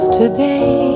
today